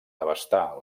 devastar